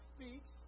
speaks